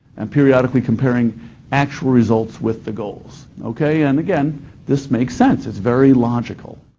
and periodically comparing actual results with the goals. okay, and again this makes sense. it's very logical.